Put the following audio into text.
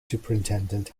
superintendent